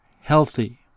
healthy